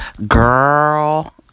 Girl